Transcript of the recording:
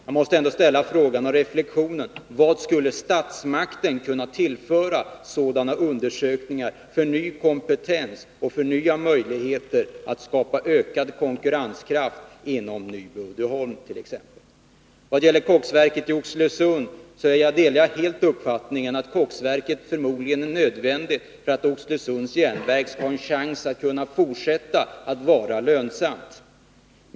Jag måste göra en reflexion och ställa frågan: Vad skulle statsmakten kunna tillföra sådana undersökningar i fråga om ny kompetens och nya möjligheter att skapa ökad konkurrenskraft inom t.ex. Nyby Uddeholm? Vad gäller koksverket i Oxelösund delar jag helt uppfattningen att koksverket förmodligen är nödvändigt för att Oxelösunds Järnverk skall ha en chans att kunna fortsätta att vara lönsamt.